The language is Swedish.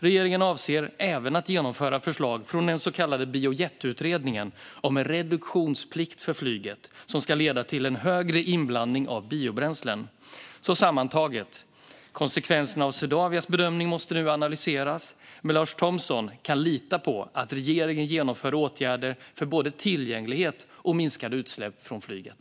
Regeringen avser även att genomföra förslag från den så kallade Biojetutredningen om en reduktionsplikt för flyget, som ska leda till en högre inblandning av biobränslen. Sammantaget: Konsekvenserna av Swedavias bedömning måste nu analyseras, men Lars Thomsson kan lita på att regeringen genomför åtgärder för både tillgänglighet och minskade utsläpp från flyget.